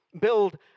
build